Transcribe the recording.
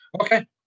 okay